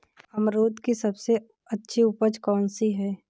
अमरूद की सबसे अच्छी उपज कौन सी है?